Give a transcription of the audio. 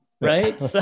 right